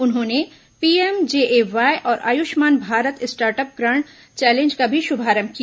उन्होंने PM JA Y और Ayushman Bharat startup grand challenge का भी शुभारंभ किया